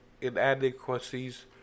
inadequacies